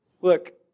Look